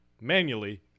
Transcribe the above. manually